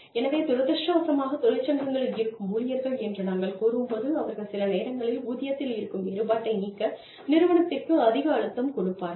எனவே துரதிர்ஷ்டவசமாக தொழிற்சங்கத்தில் இருக்கும் ஊழியர்கள் என்று நாங்கள் கூறும் போது அவர்கள் சில நேரங்களில் ஊதியத்தில் இருக்கும் வேறுபாட்டை நீக்க நிறுவனத்திற்கு அதிக அழுத்தம் கொடுப்பார்கள்